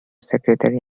secretary